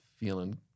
feeling